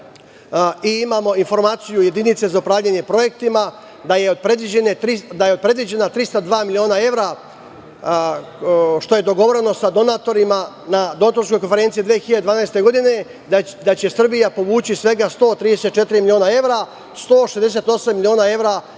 i imamo informaciju jedince za upravljanje projektima da će od predviđena 302 miliona evra, što je dogovoreno sa donatorima na donatorskoj konferenciji 2012. godine, Srbija povući svega 134 miliona evra, 168 miliona evra